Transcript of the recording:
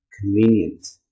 Convenient